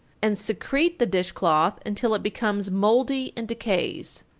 and secrete the dish-cloth until it becomes mouldy and decays,